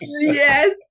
yes